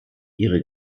ihre